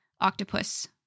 octopus